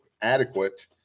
adequate